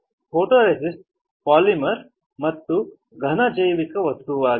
photoresist polymer ಮತ್ತು ಇದು ಘನ ಜೈವಿಕ ವಸ್ತುವಾಗಿದೆ